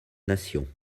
nation